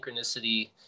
synchronicity